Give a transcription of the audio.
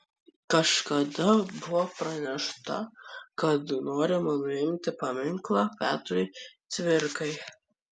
kažkada buvo pranešta kad norima nuimti paminklą petrui cvirkai